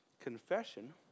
confession